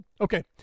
okay